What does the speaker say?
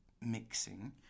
mixing